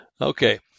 Okay